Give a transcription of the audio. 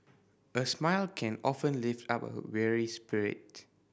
a smile can often lift up a weary spirit